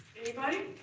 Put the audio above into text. anybody?